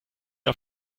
auf